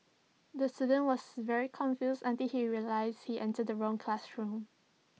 the student was very confused until he realised he entered the wrong classroom